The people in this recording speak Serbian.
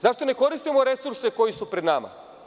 Zašto ne koristimo resurse koji su pred nama?